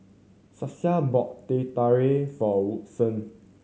Stasia bought Teh Tarik for Woodson